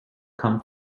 come